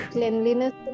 Cleanliness